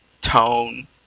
tone